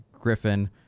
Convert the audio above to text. Griffin